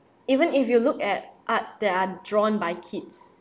even if you look at arts that are drawn by kids